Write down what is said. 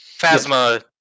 phasma